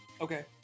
Okay